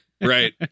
Right